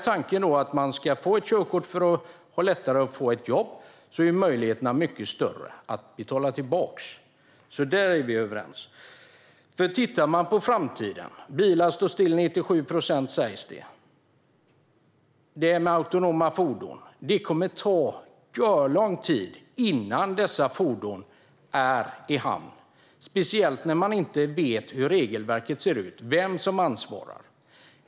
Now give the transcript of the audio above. Tanken är att man ska få körkort för att ha lättare att få jobb. Då är möjligheterna mycket större att betala tillbaka. Där är vi överens. Låt oss titta på framtiden! Bilar står still 97 procent av tiden, sägs det. Vad gäller autonoma fordon kommer det att ta görlång tid innan de är i hamn, speciellt när man inte vet hur regelverket ser ut och vem som ansvarar.